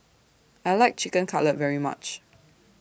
I like Chicken Cutlet very much